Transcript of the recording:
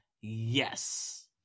Yes